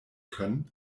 können